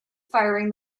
firing